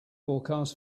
forecast